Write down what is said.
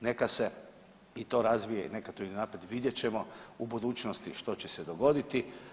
Neka se i to razvije, neka to ide naprijed, vidjet ćemo u budućnosti što će dogoditi.